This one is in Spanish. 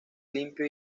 limpio